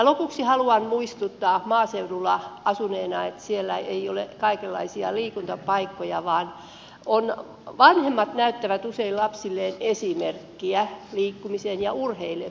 lopuksi haluan muistuttaa maaseudulla asuneena että siellä ei ole kaikenlaisia liikuntapaikkoja vaan vanhemmat näyttävät usein lapsilleen esimerkkiä liikkumiseen ja urheilemiseen